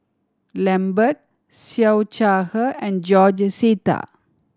Lambert Siew Shaw Her and George Sita